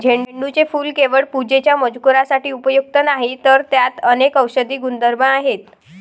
झेंडूचे फूल केवळ पूजेच्या मजकुरासाठी उपयुक्त नाही, तर त्यात अनेक औषधी गुणधर्म आहेत